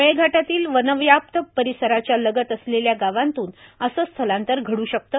मेळघाटातील वनव्याप्त परिसराच्या लगत असलेल्या गावांतून असे स्थलांतर घडू शकते